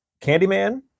Candyman